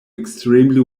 extremely